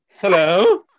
Hello